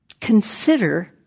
consider